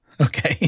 Okay